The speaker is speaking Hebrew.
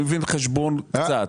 אני מבין חשבון קצת.